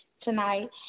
tonight